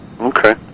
Okay